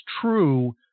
true